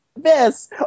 Miss